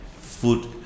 Food